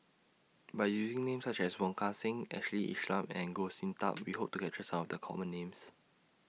By using Names such as Wong Kan Seng Ashley and Goh Sin Tub We Hope to capture Some of The Common Names